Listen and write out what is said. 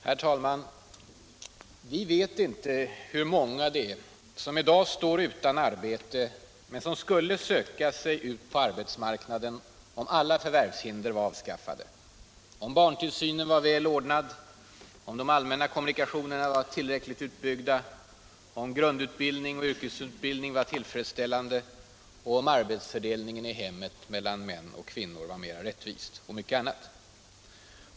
Herr talman! Vi vet inte hur många det är som i dag står utan arbete men som skulle söka sig ut på arbetsmarknaden om alla förvärvshinder vore avskaffade — om barntillsynen var välordnad, om de allmänna kom = Nr 47 munikationerna var tillräckligt utbyggda, om grundutbildning och yrkes Torsdagen den utbildning var tillfredsställande och om arbetsfördelningen i hemmen mellan I6 december 1976 män och kvinnor var mer rättvis och mycket annat.